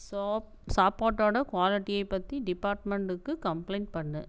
சாப்பாட்டோட குவாலிட்டியை பற்றி டிபார்ட்மெண்டுக்கு கம்ப்ளைண்ட் பண்ணு